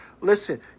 listen